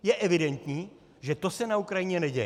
Je evidentní, že to se na Ukrajině neděje.